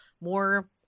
more